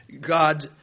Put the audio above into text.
God